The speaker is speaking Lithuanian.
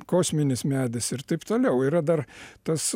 kosminis medis ir taip toliau yra dar tas